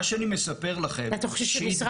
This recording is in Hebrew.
מה שאני מספר לכם שהתגלה,